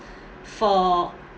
for